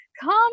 come